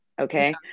okay